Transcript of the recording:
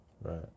Right